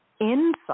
inside